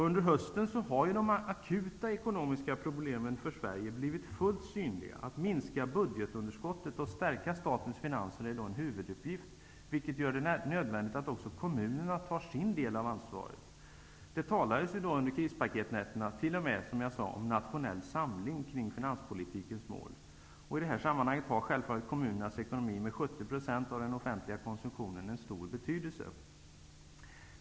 Under hösten har de akuta ekonomiska problemen för Sverige blivit fullt synliga. Att minska budgetunderskottet och stärka statens finanser är en huvuduppgift, vilket gör det nödvändigt också för kommunerna att ta sin del av ansvaret. Det talades under de s.k. krispaketnätterna t.o.m., som jag sade, om ''nationell samling'' kring finanspolitikens mål. Och i detta sammanhang har självfallet kommunernas ekonomi med 70 % av den offentliga konsumtionen en stor betydelse.